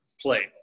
play